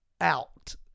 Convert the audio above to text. out